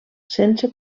sense